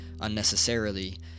unnecessarily